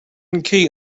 hidden